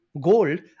gold